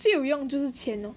最有用就是钱 lor